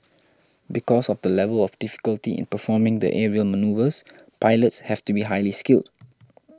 because of the level of difficulty in performing the aerial manoeuvres pilots have to be highly skilled